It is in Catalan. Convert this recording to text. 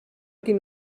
quin